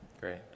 Great